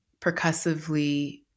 percussively